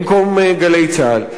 במקום "גלי צה"ל".